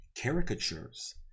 caricatures